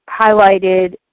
highlighted